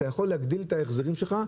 להגדיל את ההחזרים שלך,